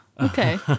Okay